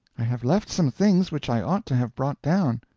i have left some things which i ought to have brought down.